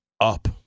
up